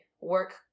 work